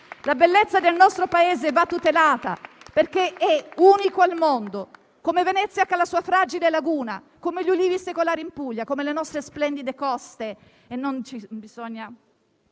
La bellezza del nostro Paese va tutelata perché è unico al mondo, come Venezia che ha la sua fragile laguna, come gli ulivi secolari in Puglia, come le nostre splendide coste